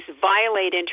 violate